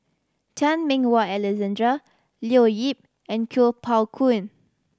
Chan Meng Wah Alexander Leo Yip and Kuo Pao Kun